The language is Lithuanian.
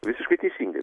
visiškai teisingai